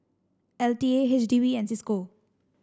L T A H D B and Cisco